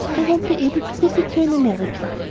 i won't be able to visit you in america,